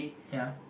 ya